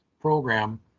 program